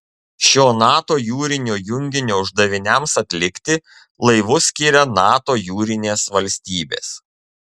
šio nato jūrinio junginio uždaviniams atlikti laivus skiria nato jūrinės valstybės